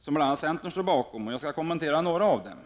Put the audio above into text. som bl.a. centern står bakom. Jag skall kommentera några av den.